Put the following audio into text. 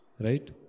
Right